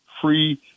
free